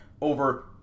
over